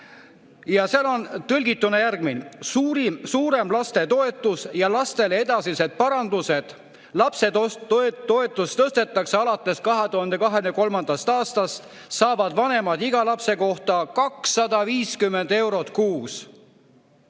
Ja seal on kirjas järgmine, tõlgituna: "Suurem lastetoetus ja lastele edasised parandused. Lapsetoetust tõstetakse, alates 2023. aastast saavad vanemad iga lapse kohta 250 eurot kuus.